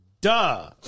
Duh